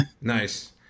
Nice